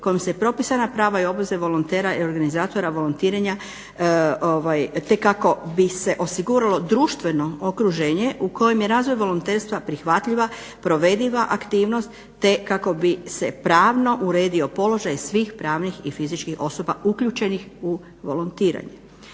kojim su propisana prava i obveze volontera i organizatora volontiranja te kako bi se osiguralo društveno okruženje u kojem je razvoj volonterstva prihvatljiva, provediva aktivnost te kako bi se pravno uredio položaj svih pravnih i fizičkih osoba uključenih u volontiranje.